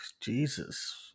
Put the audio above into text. Jesus